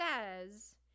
says